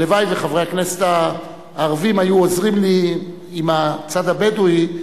הלוואי שחברי הכנסת הערבים היו עוזרים לי עם הצד הבדואי,